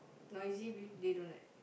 noisy be they don't like